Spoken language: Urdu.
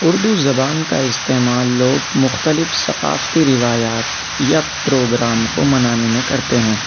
اردو زبان کا استعمال لوگ مختلف ثقافتی روایات یا پروگرام کو منانے میں کرتے ہیں